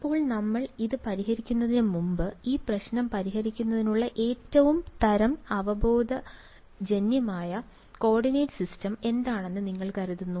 ഇപ്പോൾ നമ്മൾ ഇത് പരിഹരിക്കുന്നതിന് മുമ്പ് ഈ പ്രശ്നം പരിഹരിക്കുന്നതിനുള്ള ഏറ്റവും തരം അവബോധജന്യമായ കോർഡിനേറ്റ് സിസ്റ്റം എന്താണെന്ന് നിങ്ങൾ കരുതുന്നു